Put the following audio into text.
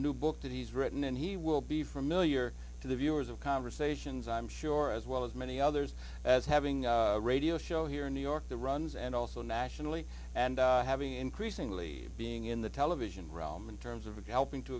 new book that he's written and he will be familiar to the viewers of conversations i'm sure as well as many others as having a radio show here in new york the runs and also nationally and having increasingly being in the television realm in terms of helping to